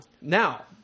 Now